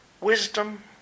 wisdom